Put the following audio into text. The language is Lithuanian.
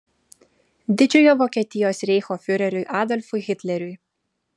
didžiojo vokietijos reicho fiureriui adolfui hitleriui